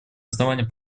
основания